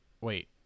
Wait